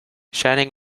shining